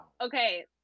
Okay